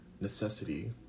necessity